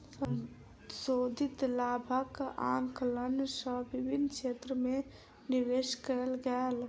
संशोधित लाभक आंकलन सँ विभिन्न क्षेत्र में निवेश कयल गेल